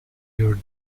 your